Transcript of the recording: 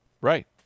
right